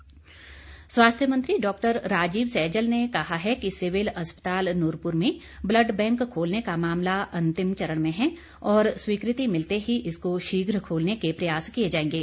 सैजल पठानिया स्वास्थ्य मंत्री डॉक्टर राजीव सैजल ने कहा है कि सिविल अस्पताल नूरपुर में ब्लड बैंक खोलने का मामला अन्तिम चरण में है और स्वीकृति मिलते ही इसको शीघ्र खोलने के प्रयास किए जाएंगे